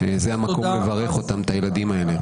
זה המקום לברך את הילדים האלה.